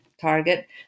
target